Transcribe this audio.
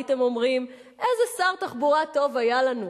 הייתם אומרים: איזה שר תחבורה טוב היה לנו,